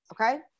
okay